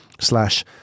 slash